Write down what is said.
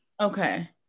Okay